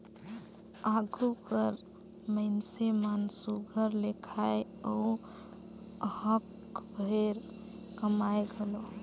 आघु कर मइनसे मन सुग्घर ले खाएं अउ हक भेर कमाएं घलो